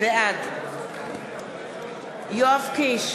בעד יואב קיש,